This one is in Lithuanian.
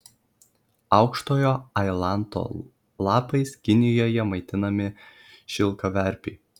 aukštojo ailanto lapais kinijoje maitinami šilkaverpiai